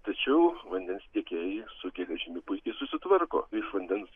tačiau vandens tiekėjai su geležimi puikiai susitvarko iš vandens